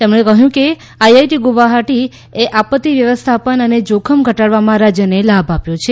શ્રી સોનોવાલે કહ્યું કે આઈઆઈટી ગુવાહાટીએ આપત્તિ વ્યવસ્થાપન અને જોખમ ઘટાડવામાં રાજ્યને લાભ આપ્યો છે